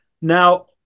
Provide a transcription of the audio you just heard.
Now